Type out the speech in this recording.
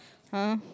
!huh!